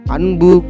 Anbu